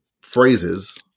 phrases